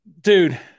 dude